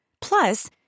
Plus